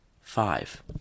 Five